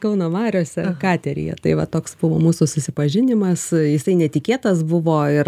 kauno mariose kateryje tai va toks buvo mūsų susipažinimas jisai netikėtas buvo ir